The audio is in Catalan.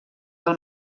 del